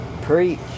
Preach